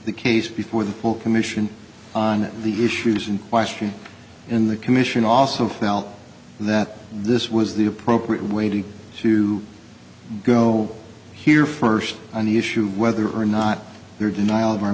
the case before the full commission on the issues in question in the commission also felt that this was the appropriate way to to go here first on the issue of whether or not your denial of our